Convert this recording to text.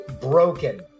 broken